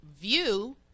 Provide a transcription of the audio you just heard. view